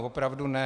Opravdu ne.